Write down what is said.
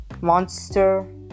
Monster